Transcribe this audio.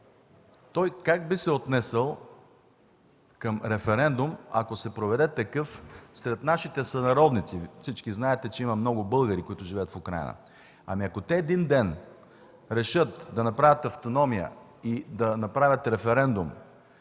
той как би се отнесъл към референдум, ако се проведе такъв, сред нашите сънародници? Всички знаете, че има много българи, които живеят в Украйна. Ако те един ден решат да направят автономия и – референдум